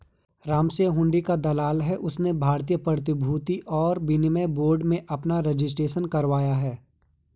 रामसिंह हुंडी का दलाल है उसने भारतीय प्रतिभूति और विनिमय बोर्ड में अपना रजिस्ट्रेशन करवाया है